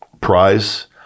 prize